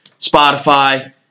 Spotify